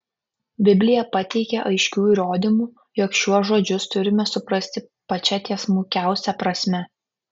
biblija pateikia aiškių įrodymų jog šiuos žodžius turime suprasti pačia tiesmukiausia prasme